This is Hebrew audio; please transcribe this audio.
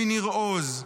מניר עוז,